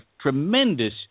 tremendous